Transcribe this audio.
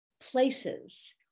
places